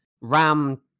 Ram